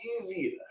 easier